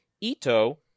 ito